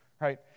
right